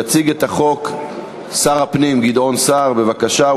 יציג את החוק שר הפנים גדעון סער, בבקשה.